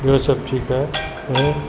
ॿियो सभु ठीकु आहे ऐं